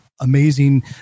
amazing